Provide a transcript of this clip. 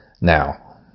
now